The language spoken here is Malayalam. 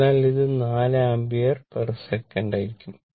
അതിനാൽ ഇത് 4 ആമ്പിയർ പേർ സെക്കൻഡ് ആയിരിക്കും